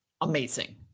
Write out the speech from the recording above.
amazing